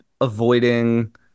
avoiding